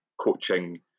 coaching